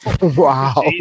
Wow